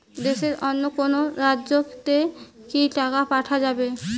দেশের অন্য কোনো রাজ্য তে কি টাকা পাঠা যাবে?